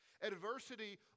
Adversity